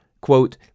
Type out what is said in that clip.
Quote